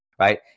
Right